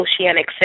Oceanic